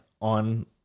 on